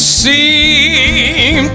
seem